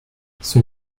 son